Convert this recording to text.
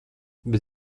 bet